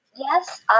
Yes